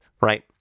right